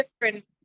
different